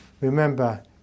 Remember